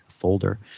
folder